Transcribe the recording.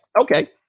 Okay